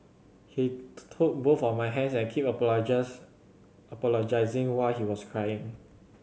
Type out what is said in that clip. he took both of my hands and kept apologise apologising while he was crying